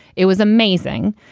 it was amazing.